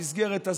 במסגרת הזאת,